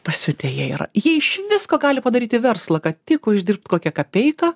pasiutę jie yra jie iš visko gali padaryti verslą kad tik uždirbt kokią kapeiką